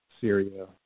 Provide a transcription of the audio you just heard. Syria